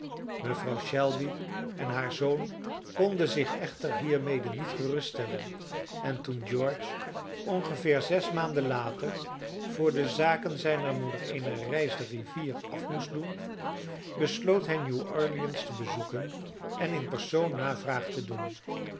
mevrouw shelby en haar zoon konden zich echter hiermede niet geruststellen en toen george ongeveer zes maanden later voor de zaken zijner moeder eene reis de rivier af moest doen besloot hij new-orleans te bezoeken en in persoon navraag te doen